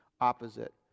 opposite